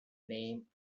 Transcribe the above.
name